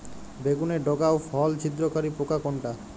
বেগুনের ডগা ও ফল ছিদ্রকারী পোকা কোনটা?